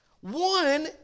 One